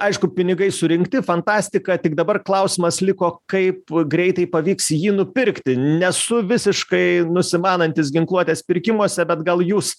aišku pinigai surinkti fantastika tik dabar klausimas liko kaip greitai pavyks jį nupirkti nesu visiškai nusimanantis ginkluotės pirkimuose bet gal jūs